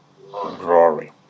glory